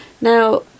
Now